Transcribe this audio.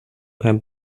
keinen